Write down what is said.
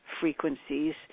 frequencies